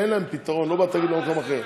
אלה, אין להם פתרון, לא בתאגיד ולא במקום אחר.